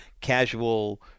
casual